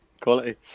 quality